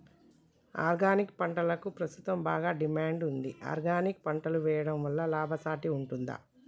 Organic పంటలకు ప్రస్తుతం బాగా డిమాండ్ ఉంది ఆర్గానిక్ పంటలు వేయడం వల్ల లాభసాటి ఉంటుందా?